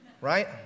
Right